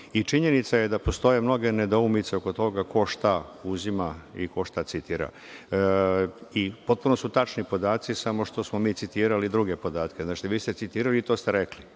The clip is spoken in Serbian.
Činjenica je da postoje mnoge nedoumice oko toga ko šta uzima i ko šta citira. Potpuno su tačni podaci, samo što smo mi citirali druge podatke. Znači, vi ste citirali, i to ste rekli,